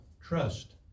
trust